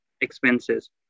expenses